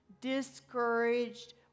discouraged